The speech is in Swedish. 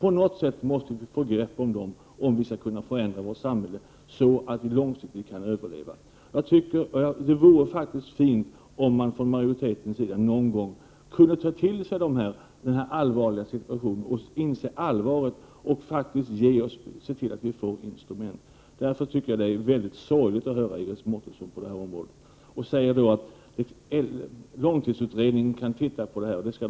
På något sätt måste vi få grepp om dem, om vi skall kunna förändra vårt samhälle så att vi långsiktigt kan överleva. Det vore fint om majoriteten någon gång skulle kunna ta till sig denna allvarliga situation och se till att vi får instrument. Därför tycker jag det är sorgligt att höra Iris Mårtensson säga att långtidsutredningen kan titta på detta.